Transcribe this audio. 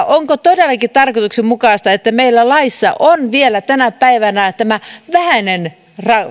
onko todellakin tarkoituksenmukaista että meillä on laissa vielä tänä päivänä tämä vähäinen